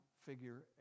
figure